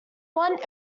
one